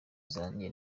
zanjye